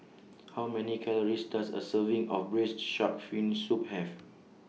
How Many Calories Does A Serving of Braised Shark Fin Soup Have